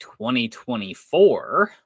2024